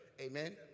Amen